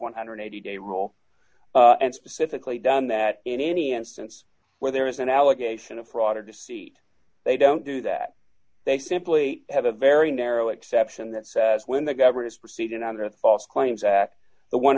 one hundred and eighty dollars day rule and specifically done that in any instance where there is an allegation of fraud or deceit they don't do that they simply have a very narrow exception that says when the governor's proceeding under false claims act the one